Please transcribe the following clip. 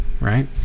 right